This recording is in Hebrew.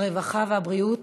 הרווחה והבריאות,